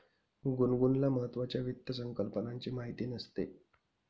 गुनगुनला महत्त्वाच्या वित्त संकल्पनांची माहिती नसते